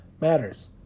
matters